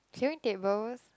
clearing tables